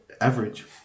average